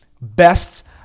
Best